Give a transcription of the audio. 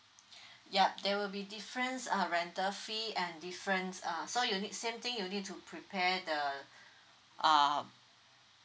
yup there will be difference uh rental fee and difference uh so you'll need same thing you'll need to prepare the um